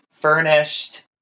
furnished